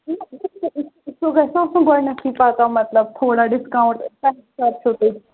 سُہ گَژھِ نہ آسُن گۄڈنیٚتھے پَتہ مَطلَب تھوڑا ڈِسکاوُنٹ کمہِ حِساب چھو تُہۍ